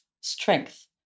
strength